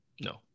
No